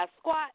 squat